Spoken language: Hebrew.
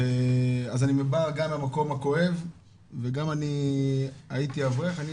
אז אני בא גם מהמקום הכואב וגם אני הייתי אברך.